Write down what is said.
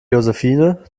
josephine